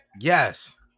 yes